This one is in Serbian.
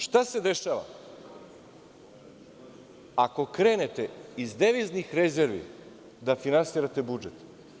Šta se dešava ako krenete iz deviznih rezervi da finansirate budžet?